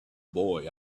boy